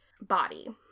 body